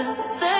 Say